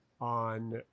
on